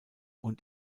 und